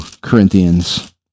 Corinthians